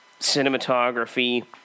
cinematography